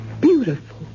Beautiful